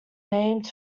named